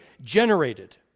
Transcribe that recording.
generated